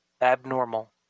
abnormal